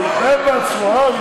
הוא התלהב מעצמו, הא?